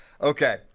Okay